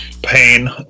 pain